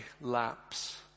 lapse